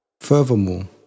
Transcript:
Furthermore